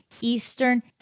Eastern